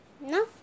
No